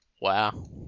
Wow